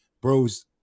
bros